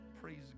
Praise